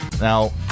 Now